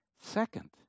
Second